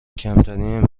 کمترین